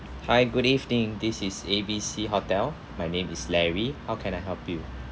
hi good evening this is A B C hotel my name is larry how can I help you